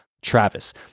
Travis